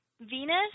Venus